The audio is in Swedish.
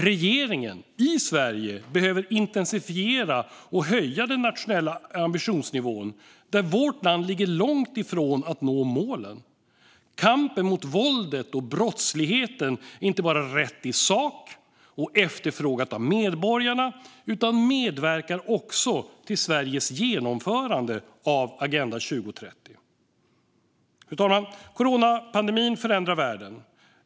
Regeringen i Sverige behöver intensifiera och höja den nationella ambitionsnivån där vårt land ligger långt ifrån att nå målen. Kampen mot våldet och brottsligheten är inte bara rätt i sak och efterfrågad av medborgarna, utan den medverkar också till Sveriges genomförande av Agenda 2030. Fru talman! Coronapandemin förändrar världen.